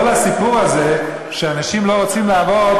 כל הסיפור הזה שאנשים לא רוצים לעבוד,